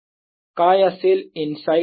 2πsπR2BπR20nI sR AR20nI2s काय असेल in side